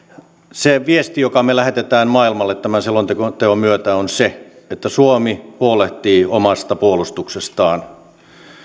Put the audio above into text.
se viesti jonka me lähetämme maailmalle tämän selonteon myötä on se että suomi huolehtii omasta puolustuksestaan